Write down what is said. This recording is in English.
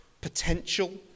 Potential